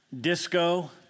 disco